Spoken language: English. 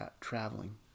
traveling